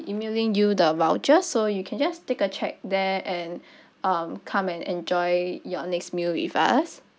emailing you the voucher so you can just take a check there and um come and enjoy your next meal with us